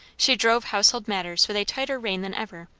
she drove household matters with a tighter rein than ever,